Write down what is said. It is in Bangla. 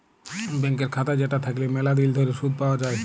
ব্যাংকের খাতা যেটা থাকল্যে ম্যালা দিল ধরে শুধ পাওয়া যায়